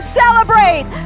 celebrate